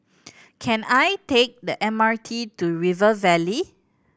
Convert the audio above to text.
can I take the M R T to River Valley